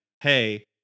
hey